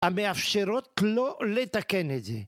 ‫המאפשרות לו לתקן את זה.